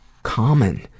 common